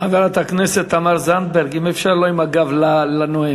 חברת הכנסת תמר זנדברג, אם אפשר, לא עם הגב לנואם.